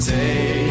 Take